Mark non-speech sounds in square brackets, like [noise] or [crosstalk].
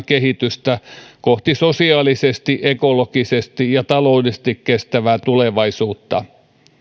[unintelligible] kehitystä kohti sosiaalisesti ekologisesti ja taloudellisesti kestävää tulevaisuutta